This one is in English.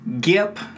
Gip